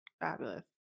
fabulous